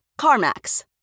CarMax